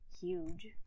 huge